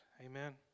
Amen